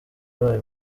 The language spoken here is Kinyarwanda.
yabaye